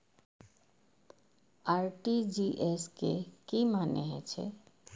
RTGS के की मानें हे छे?